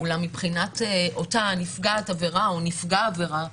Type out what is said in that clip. אולם מבחינת אותה נפגעת עבירה או נפגע עבירה,